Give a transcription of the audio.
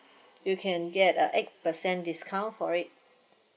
you can get a eight percent discount for it